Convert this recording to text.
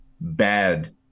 bad